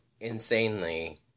insanely